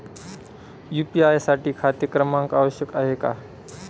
UPI साठी खाते क्रमांक आवश्यक आहे का?